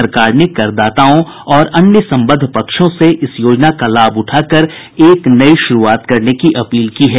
सरकार ने करदाताओं और अन्य सम्बद्द पक्षों से इस योजना का लाभ उठाकर एक नयी शुरूआत करने की अपील की है